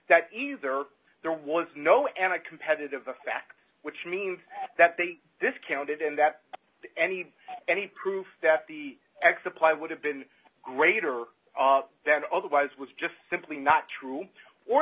that either there was no end of competitive back which means that they discounted and that any any proof that the x applied would have been greater than otherwise was just simply not true or